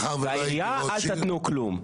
והעירייה אל תתנו כלום.